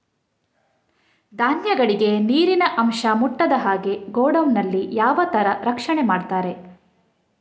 ಧಾನ್ಯಗಳಿಗೆ ನೀರಿನ ಅಂಶ ಮುಟ್ಟದ ಹಾಗೆ ಗೋಡೌನ್ ನಲ್ಲಿ ಯಾವ ತರ ರಕ್ಷಣೆ ಮಾಡ್ತಾರೆ?